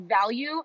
value